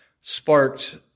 sparked